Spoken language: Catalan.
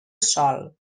sòl